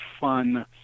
fun